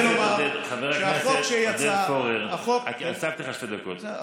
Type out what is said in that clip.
חבר עודד פורר, אני הוספתי לך שתי דקות.